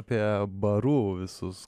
apie barų visus